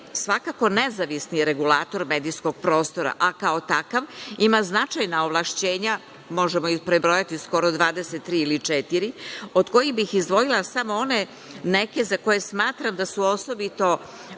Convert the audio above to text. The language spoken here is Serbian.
svakako nezavisni regulator medijskog prostora, a kao takav ima značajna ovlašćenja, možemo ih prebrojati, skoro 23 ili 24, od kojih bih izdvojila samo one neke za koje smatram da su osobito